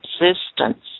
existence